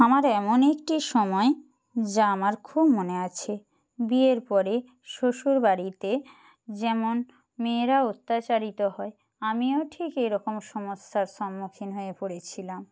আমার এমন একটি সময় যা আমার খুব মনে আছে বিয়ের পরে শ্বশুর বাড়িতে যেমন মেয়েরা অত্যাচারিত হয় আমিও ঠিক এরকম সমস্যার সম্মুখীন হয়ে পড়েছিলাম